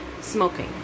smoking